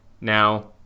Now